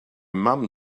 mom